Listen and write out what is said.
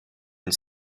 une